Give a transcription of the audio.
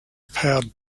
powered